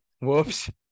Whoops